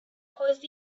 caused